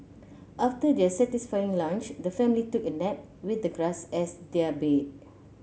after their satisfying lunch the family took a nap with the grass as their bed